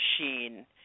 machine